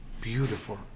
Beautiful